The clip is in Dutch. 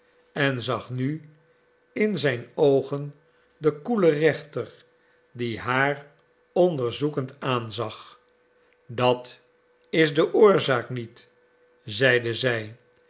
en zag nu in zijn oogen den koelen rechter die haar onderzoekend aanzag dat is de oorzaak niet zeide zij